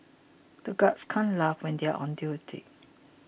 the guards can't laugh when they are on duty